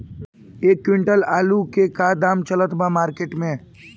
एक क्विंटल आलू के का दाम चलत बा मार्केट मे?